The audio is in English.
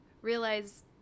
realize